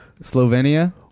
Slovenia